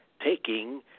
taking